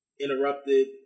interrupted